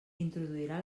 introduirà